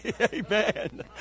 Amen